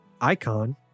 icon